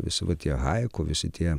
visi va tie haiku visi tie